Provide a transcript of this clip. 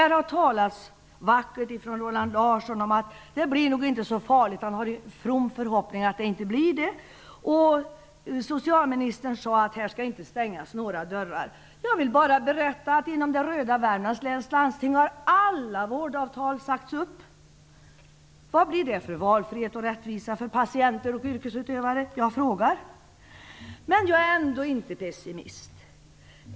Roland Larsson har talat vackert om att det nog inte blir så farligt - han har en from förhoppning om att det inte blir det. Socialministern sade att här skall inte stängas några dörrar. Jag vill bara berätta att inom det röda Värmlands läns landsting har alla vårdavtal sagts upp. Vad blir det för valfrihet och rättvisa för patienter och yrkesutövare? Jag bara frågar. Men jag är ändå inte pessimist.